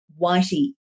Whitey